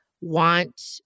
want